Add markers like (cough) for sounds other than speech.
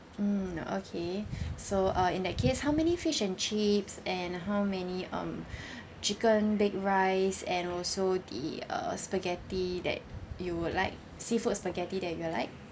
mm okay (breath) so uh in that case how many fish and chips and how many um (breath) chicken baked rice and also the uh spaghetti that you would like seafood spaghetti that you would like